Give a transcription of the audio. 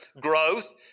growth